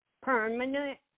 permanent